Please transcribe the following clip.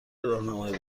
راهنمای